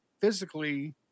physically